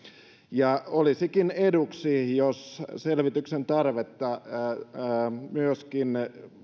ja olisikin eduksi jos selvityksen tarvetta kartoitettaisiin myöskin